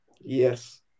Yes